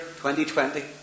2020